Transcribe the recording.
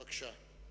בבקשה.